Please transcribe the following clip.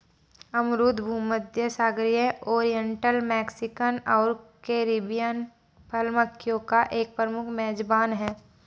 अमरूद भूमध्यसागरीय, oriental, Mexican और कैरिबियन फल मक्खियों का एक प्रमुख मेजबान है